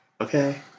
Okay